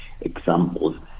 examples